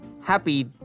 happy